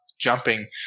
jumping